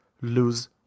lose